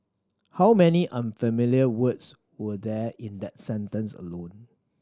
how many unfamiliar words were there in that sentence alone